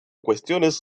cuestiones